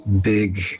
big